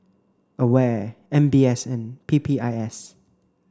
AWARE M B S and P P I S